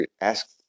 ask